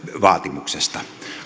vaatimuksesta